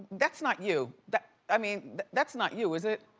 that's not you. that's i mean that's not you, is it?